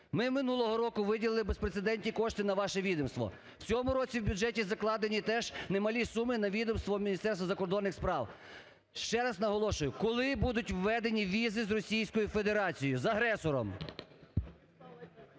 Ми минулого року виділили безпрецедентні кошти на ваше відомство. В цьому році в бюджеті закладені теж немалі суми на відомство, Міністерство закордонних справ. Ще раз наголошую, коли будуть введені візи з Російською Федерацією, з агресором?